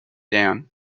down